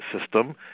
system